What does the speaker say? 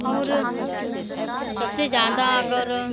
और सब से ज़्यादा अगर अगर